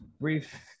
brief